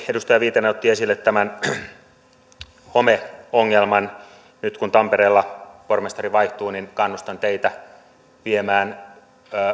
edustaja viitanen otti esille homeongelman nyt kun tampereella pormestari vaihtuu kannustan teitä viemään